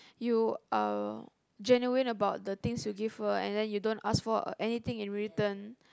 you are genuine about the things you give her and then you don't ask for anything in return